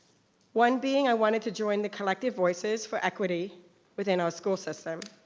one being i wanted to join the collective voices for equity within our school system.